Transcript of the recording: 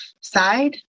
side